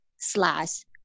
slash